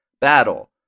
battle